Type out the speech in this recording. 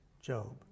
Job